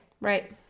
Right